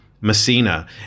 Messina